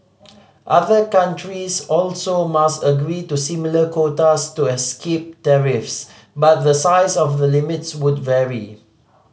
other countries also must agree to similar quotas to escape tariffs but the size of the limits would vary